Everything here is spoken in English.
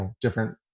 different